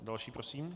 Další prosím.